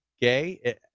gay